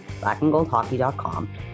blackandgoldhockey.com